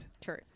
True